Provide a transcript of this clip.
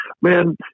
man